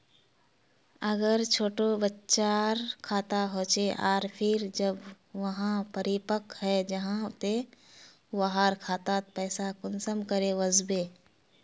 अगर छोटो बच्चार खाता होचे आर फिर जब वहाँ परिपक है जहा ते वहार खातात पैसा कुंसम करे वस्बे?